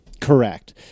Correct